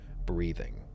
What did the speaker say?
breathing